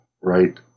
right